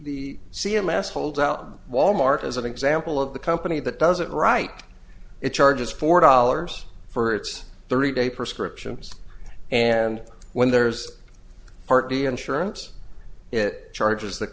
c m s hold out wal mart as an example of the company that does it right it charges four dollars for its thirty day prescription and when there's a party insurance it charges the